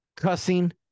Cussing